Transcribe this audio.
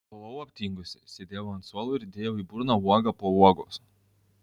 buvau aptingusi sėdėjau ant suolo ir dėjau į burną uogą po uogos